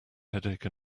headache